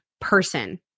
person